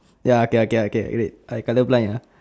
ya okay okay okay wait I colour blind uh